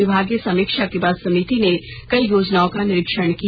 विभागीय समीक्षा के बाद समिति ने कई योजनाओं का निरीक्षण किया